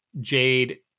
Jade